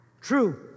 True